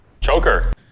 choker